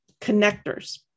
connectors